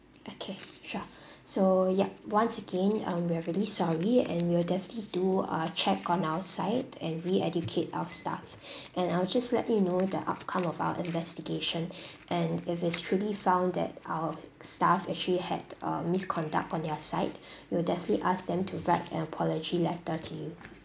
okay sure so yup once again um we're really sorry and we will definitely do uh check on our side and reeducate our staff and I'll just let you know the outcome of our investigation and if it's truly found that our staff actually had uh misconduct on their side we'll definitely ask them to write an apology letter to you